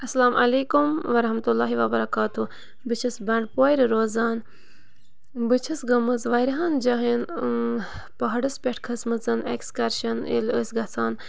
اَسَلامُ علیکُم وَرحمتُہ اللہ وَبَرکاتُہ بہٕ چھَس بَنٛڈپورِ روزان بہٕ چھَس گٔمٕژ واریاہَن جایَن پہاڑَس پٮ۪ٹھ کھٔژمٕژَن اٮ۪کٕسکَرشَن ییٚلہِ أسۍ گَژھان